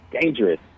dangerous